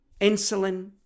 insulin